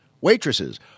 waitresses